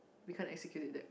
we can't execute in that week